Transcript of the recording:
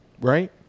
right